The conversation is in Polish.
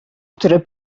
które